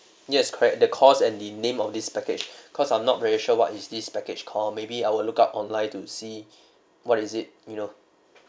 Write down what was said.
yes correct the cost and the name of this package cause I'm not very sure what is this package call maybe I will look up online to see what is it you know